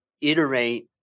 iterate